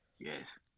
Yes